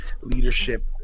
leadership